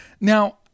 Now